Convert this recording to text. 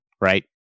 right